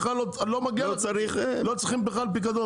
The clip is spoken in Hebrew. בכלל לא צריך פיקדון,